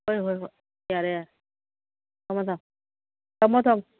ꯍꯣꯏ ꯍꯣꯏ ꯍꯣꯏ ꯌꯥꯔꯦ ꯌꯥꯔꯦ ꯊꯝꯃꯣ ꯊꯝꯃꯣ ꯊꯝꯃꯣ ꯊꯝꯃꯣ